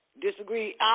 disagree